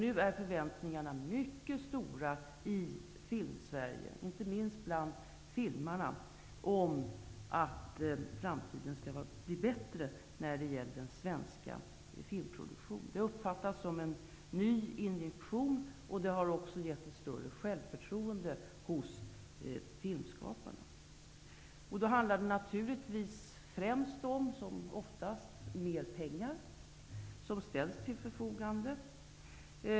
Nu är förväntningarna mycket stora i Filmsverige, inte minst bland filmarna, om att framtiden skall bli bättre för den svenska filmproduktionen. Det här uppfattas som en ny injektion, och det har gett större självförtroende hos filmskaparna. Det här handlar främst, så som det oftast är, om att mer pengar ställs till förfogande.